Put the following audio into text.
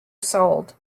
sold